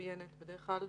מצוינת בדרך כלל.